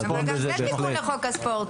אבל גם זה תיקון לחוק הספורט.